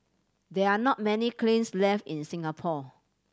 there are not many kilns left in Singapore